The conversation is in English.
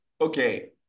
okay